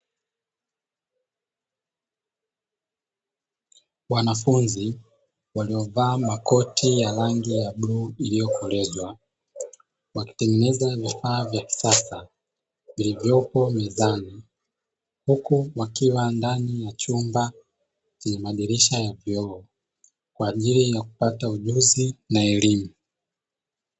Wanafunzi waliovaa makoti ya rangi ya bluu iliyokolea, wakitengeneza vifaa vya kisasa vilivyopo mezani. Huku wakiwa ndani ya chumba chenye madirisha ya vioo, kwa ajili ya kupata ujuzi na elimu.